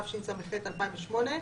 התשס"ח 2008‏,